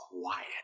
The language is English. quiet